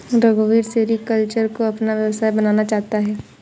रघुवीर सेरीकल्चर को अपना व्यवसाय बनाना चाहता है